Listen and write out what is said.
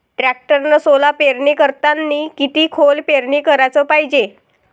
टॅक्टरनं सोला पेरनी करतांनी किती खोल पेरनी कराच पायजे?